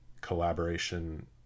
collaboration